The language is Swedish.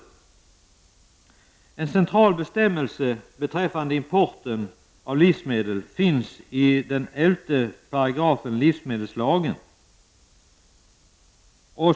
En central bestämmelse beträffande importen av livsmedel finns i 11 § livsmedelslagen.